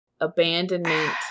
abandonment